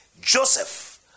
Joseph